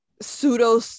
pseudo-